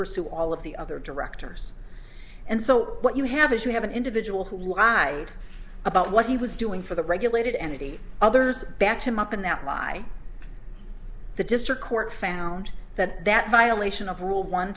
pursue all of the other directors and so what you have is you have an individual who lied about what he was doing for the regulated and eighty others backed him up and that by the district court found that that violation of rule one